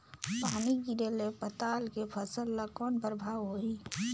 पानी गिरे ले पताल के फसल ल कौन प्रभाव होही?